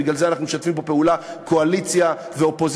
בגלל זה אנחנו משתפים פה פעולה קואליציה ואופוזיציה,